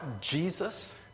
Jesus